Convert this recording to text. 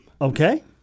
Okay